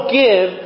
give